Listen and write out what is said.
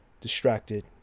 distracted